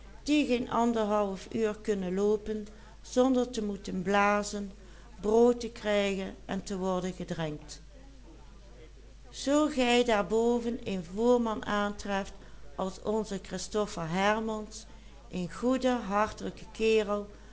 blazen brood te krijgen en te worden gedrenkt zoo gij daarenboven een voerman aantreft als onzen christoffel hermans een goeden hartelijken kerel